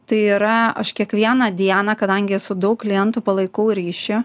tai yra aš kiekvieną dieną kadangi su daug klientų palaikau ryšį